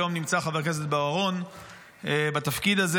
היום נמצא חבר הכנסת בוארון בתפקיד הזה.